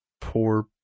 poor